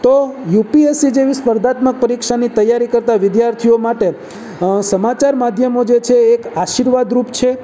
તો યુપીએસસી જેવી સ્પર્ધાત્મક પરીક્ષાની તૈયારી કરતા વિદ્યાર્થીઓ માટે સમાચાર માધ્યમો જે છે એ એક આશીર્વાદ રૂપ છે